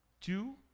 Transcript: Two